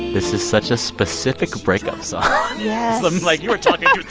this is such a specific breakup song yes i'm like, you were talking. to